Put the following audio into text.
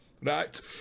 Right